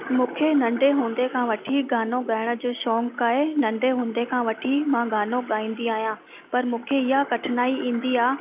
मूंखे नंढे हूंदे खा वठी गानो ॻाइण जो शौक़ु आहे नंढे हूंदे खां वठी मां गानो ॻाईंदी आहियां पर मूंखे इहा कठिनाई ईंदी आहे